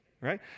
right